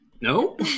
No